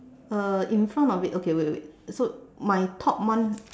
uh in front of it okay wait wait wait so my top one